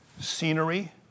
scenery